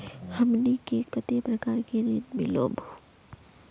हमनी के कते प्रकार के ऋण मीलोब?